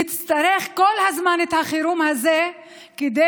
נצטרך כל הזמן את החירום הזה כדי